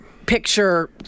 picture